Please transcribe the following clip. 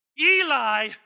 Eli